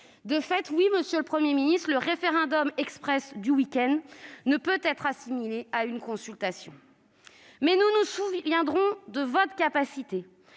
De fait, monsieur le Premier ministre, le référendum express du week-end dernier ne peut être assimilé à une consultation. Mais nous nous souviendrons de votre capacité